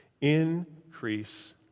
increase